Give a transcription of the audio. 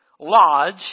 lodge